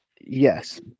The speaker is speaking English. Yes